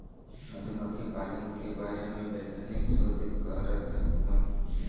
मधुमक्खी पालन के बारे में वैज्ञानिक शोध करत हउवन